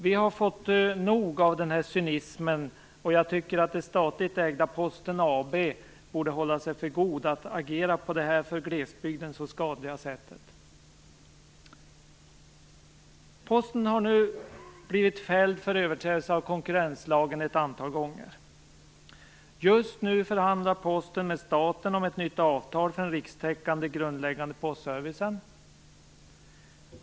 Vi har fått nog av den här cynismen, och jag tycker att det statligt ägda Posten AB borde hålla sig för god att agera på det här för glesbygden så skadliga sättet. Posten har nu blivit fälld för överträdelse av konkurrenslagen ett antal gånger. Just nu förhandlar Posten med staten om ett nytt avtal för den rikstäckande grundläggande postservicen.